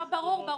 ברור.